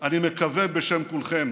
אני מקווה שבשם כולכם.